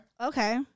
Okay